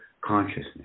consciousness